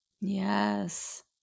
Yes